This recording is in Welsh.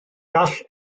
gall